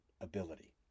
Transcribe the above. ability